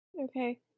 okay